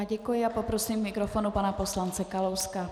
Děkuji a poprosím k mikrofonu pana poslance Kalouska.